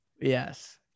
Yes